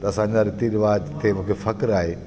असांजा रीति रिवाज़ ते मूंखे फ़ख़्रु आहे